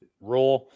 Raw